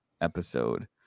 episode